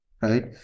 right